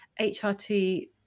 HRT